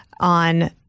on